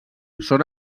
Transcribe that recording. són